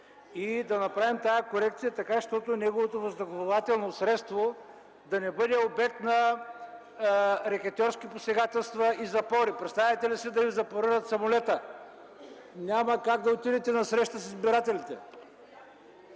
и да направим тази корекция така, щото неговото въздухоплавателно средство да не бъде обект на рекетьорски посегателства и запори. Представяте ли си да Ви запорират самолета?! Няма как да отидете на среща с избирателите.